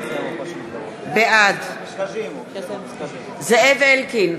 בעד זאב אלקין,